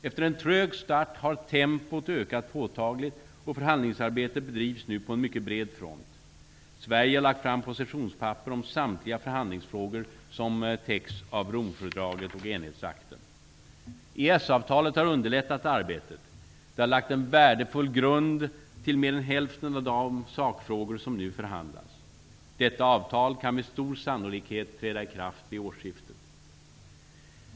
Efter en trög start har tempot ökat påtagligt, och förhandlingsarbetet bedrivs nu på en mycket bred front. Sverige har lagt fram positionspapper om samtliga förhandlingsfrågor som täcks av Romfördraget och enhetsakten. EES-avtalet har underlättat arbetet. Det har lagt en värdefull grund till mer än hälften av de sakfrågor som nu förhandlas. Detta avtal kan med stor sannolikhet träda i kraft vid årsskiftet.